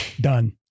done